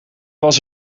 was